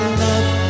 love